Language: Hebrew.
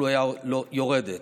התחלואה יורדת,